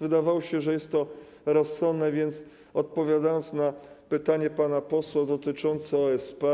Wydawało się, że jest to rozsądne, więc odpowiadając na pytanie pana posła dotyczące OSP: